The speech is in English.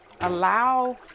allow